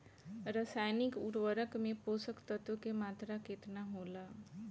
रसायनिक उर्वरक मे पोषक तत्व के मात्रा केतना होला?